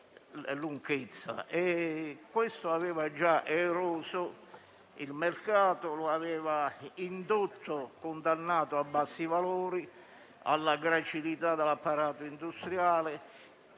questo aveva già eroso il mercato e lo aveva indotto - condannato a bassi valori - alla gracilità dell'apparato industriale.